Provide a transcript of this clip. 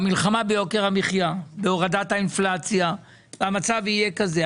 במלחמה ביוקר המחיה והורדת האינפלציה והמצב יהיה כזה.